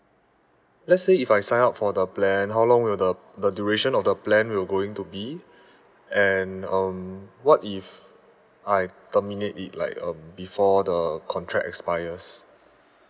let's say if I sign up for the plan how long will the the duration of the plan will going to be and um what if I terminate it like um before the contract expires